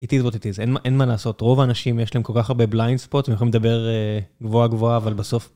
אית איז וואט אית איז. אין מה אין מה לעשות רוב האנשים יש להם כל כך הרבה בליינדספוט יכולים לדבר גבוהה גבוהה אבל בסוף